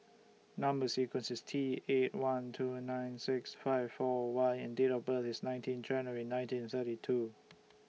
Number sequence IS T eight one two nine six five four Y and Date of birth IS nineteen January nineteen thirty two